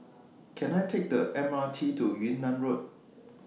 Can I Take The M R T to Yunnan Road